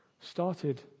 started